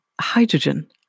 hydrogen